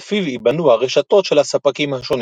לפיו יבנו הרשתות של הספקים השונים.